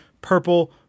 purple